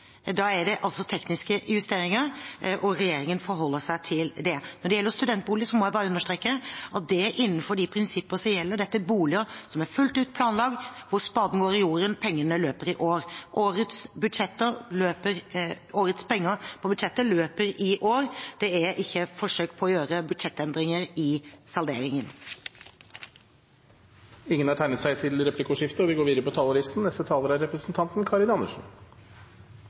Da er det ikke penger til overs, da er det tekniske justeringer, og regjeringen forholder seg til det. Når det gjelder studentboliger, må jeg bare understreke at det er innenfor de prinsipper som gjelder. Dette er boliger som er fullt ut planlagt, hvor spaden står i jorden og pengene løper i år. Årets penger på budsjettet løper i år. Det er ikke forsøk på å gjøre budsjettendringer i salderingen. De talere som heretter får ordet, har også en taletid på